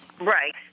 Right